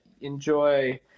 enjoy